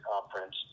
Conference